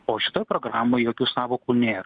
o šitoj programoj jokių sąvokų nėr